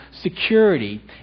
security